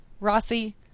Rossi